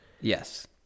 yes